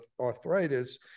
arthritis